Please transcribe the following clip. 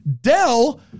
Dell